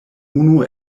unu